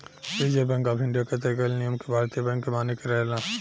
reserve Bank of India के तय कईल नियम के भारतीय बैंक के माने के रहेला